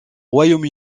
royaume